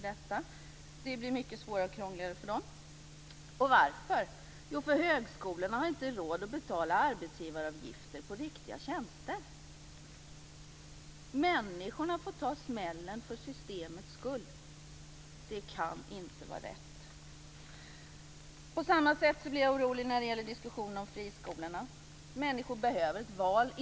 Det blir mycket svårare och krångligare för dem. Och varför? Jo, högskolorna har inte råd att betala arbetsgivaravgifter för riktiga tjänster. Människorna får ta smällen för systemets skull, och det kan inte vara rätt. På samma sätt blir jag orolig när det gäller diskussionen om friskolorna. Människor behöver kunna göra ett val.